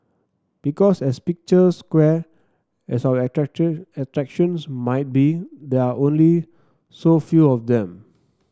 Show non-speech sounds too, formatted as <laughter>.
because as picturesque as our <unintelligible> attractions might be there are only so few of them